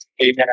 Amen